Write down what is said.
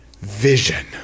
vision